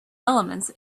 elements